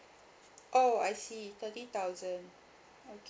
oh I see thirty thousand okay